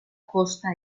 costa